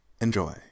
Enjoy